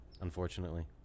unfortunately